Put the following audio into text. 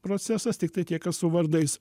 procesas tiktai tiek kad su vardais